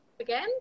again